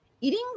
Eating